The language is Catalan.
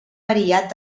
variat